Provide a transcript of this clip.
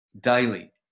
daily